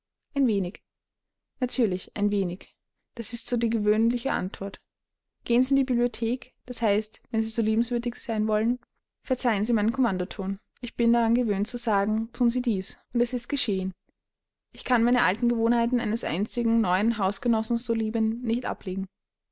ein wenig natürlich ein wenig das ist so die gewöhnliche antwort gehen sie in die bibliothek d h wenn sie so liebenswürdig sein wollen verzeihen sie meinen kommandoton ich bin daran gewöhnt zu sagen thun sie dies und es ist geschehen ich kann meine alten gewohnheiten eines einzigen neuen hausgenossen zu liebe nicht ablegen